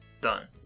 Done